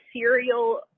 serial